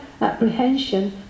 apprehension